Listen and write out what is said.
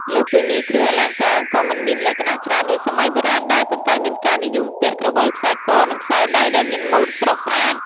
លើសពីនេះ គ្រឿងអលង្ការក៏មិនមានលក្ខណៈច្រើនដូចសម័យបុរាណដែរ ប៉ុន្តែមានការនិយមពាក់ ក្រវិល ខ្សែក និងខ្សែដៃ ដែលមានម៉ូដស្រស់ស្អាត។